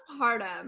postpartum